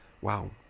Wow